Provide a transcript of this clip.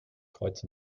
kreuz